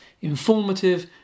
informative